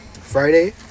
Friday